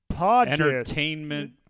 entertainment